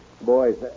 Boys